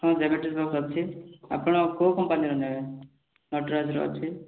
ହଁ geometric box ଅଛି ଆପଣ କେଉଁ କମ୍ପାନୀର ନେବେ ନଟ୍ରାଜ୍ର ଅଛି